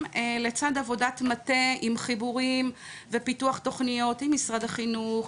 לצד עבודת מטה עם חיבורים ופיתוח תוכניות עם משרד החינוך,